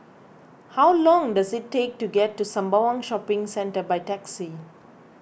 how long does it take to get to Sembawang Shopping Centre by taxi